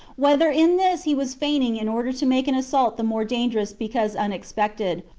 whether in this he was feigning in order to make an assault the more dangerous because unexpected,